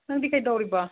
ꯅꯪꯗꯤ ꯀꯩꯗꯧꯔꯤꯕ